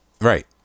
Right